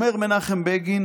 אומר מנחם בגין